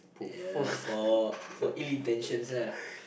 uh for for ill intentions lah